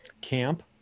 camp